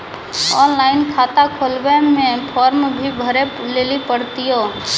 Online खाता खोलवे मे फोर्म भी भरे लेली पड़त यो?